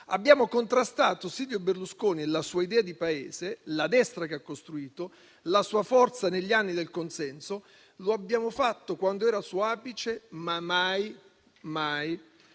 Abbiamo contrastato Silvio Berlusconi e la sua idea di Paese, la destra che ha costruito, la sua forza negli anni del consenso: lo abbiamo fatto quando era al suo apice, ma mai